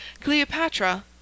Cleopatra